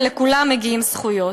ולכולם מגיעות זכויות.